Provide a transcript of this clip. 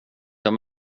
jag